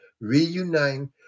reuniting